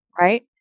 Right